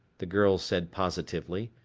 the girl said positively.